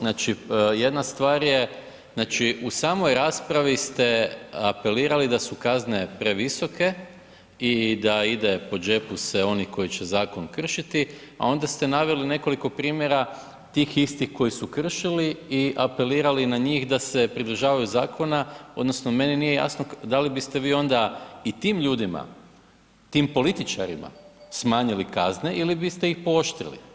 Znači jedna stvar je znači u samoj raspravi ste apelirali da su kazne previsoke i da ide po džepu se onih koji će zakon kršiti, a onda ste naveli nekoliko primjera tih istih koji su kršili i apelirali na njih da se pridržavaju zakona odnosno meni nije jasno da li biste vi onda i tim ljudima, tim političarima smanjili kazne ili biste ih pooštrili?